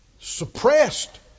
Suppressed